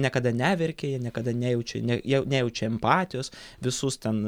niekada neverkia jie niekada nejučia ne jie nejaučia empatijos visus ten